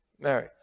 Mary